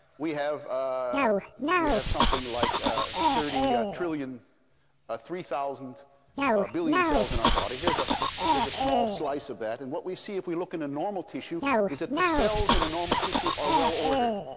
we have ah we have something like ah thirty ah trillion ah three thousand billion cells in our body. here's ah here's a small slice of that. and what we see if we look at a normal tissue is that the cells in a normal tissue are well-ordered,